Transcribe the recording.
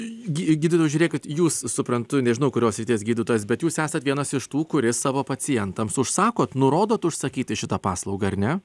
gydytojau žiūrėkit jūs suprantu nežinau kurios srities gydytojas bet jūs esat vienas iš tų kuris savo pacientams užsakot nurodot užsakyti šitą paslaugą ar ne